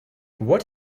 what